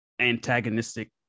antagonistic